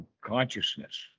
consciousness